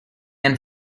and